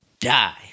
die